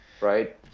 right